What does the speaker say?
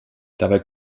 dabei